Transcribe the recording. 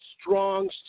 strong